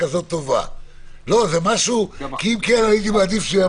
ביום-יומיים הקרובים.